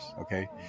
Okay